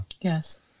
Yes